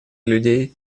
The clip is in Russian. людей